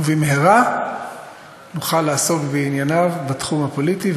ובמהרה נוכל לעסוק בענייניו בתחום הפוליטי,